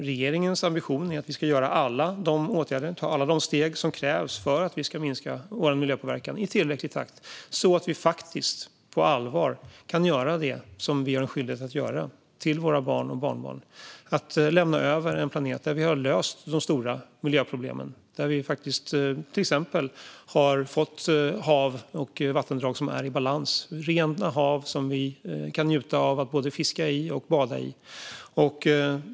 Regeringens ambition är att vi ska vidta alla åtgärder och ta alla steg som krävs för att minska vår miljöpåverkan i tillräcklig takt, så att vi faktiskt, på allvar, kan göra det som vi har en skyldighet att göra: att till våra barn och barnbarn lämna över en planet där vi har löst de stora miljöproblemen, där vi till exempel har fått hav och vattendrag i balans, rena hav som vi kan njuta av att både fiska i och bada i.